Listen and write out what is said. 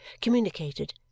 communicated